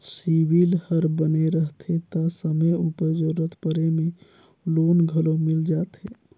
CIBIL हर बने रहथे ता समे उपर जरूरत परे में लोन घलो मिल जाथे